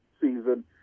season